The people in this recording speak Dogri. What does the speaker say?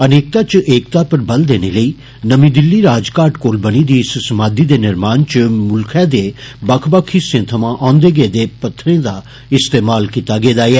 अनेकता च एकता पर बल देने लेई नमी दिल्ली राजघाट कोल बनी दी इस समाधि दे निर्माण च मुल्खै दे बक्ख बक्ख हिस्सें थमां आन्दे गेदे पत्थरें दा इस्तेमाल कीता गेआ ऐ